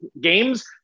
games